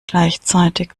gleichzeitig